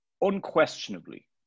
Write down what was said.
unquestionably